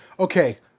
Okay